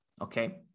Okay